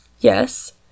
Yes